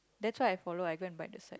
that's why I follow I go and bite the side